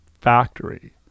factory